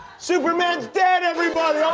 superman's dead, everybody!